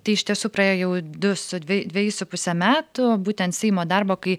tai iš tiesų praėjo jau du su dvie dvieji su puse metų būtent seimo darbo kai